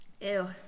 Ew